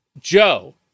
Joe